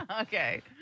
Okay